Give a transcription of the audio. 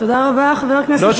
תודה רבה, חבר הכנסת זאב.